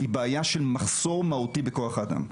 היא בעיה של מחסור מהותי בכוח האדם.